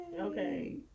Okay